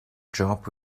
job